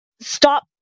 stop